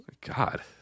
God